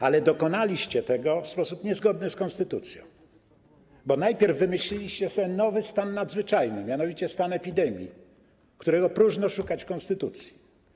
Ale dokonaliście tego w sposób niezgodny z konstytucją, bo najpierw wymyśliliście sobie nowy stan nadzwyczajny, mianowicie stan epidemii, którego próżno szukać w konstytucji.